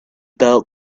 doubt